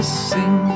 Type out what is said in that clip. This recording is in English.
sing